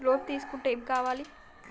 Loan తీసుకుంటే ఏం కావాలి?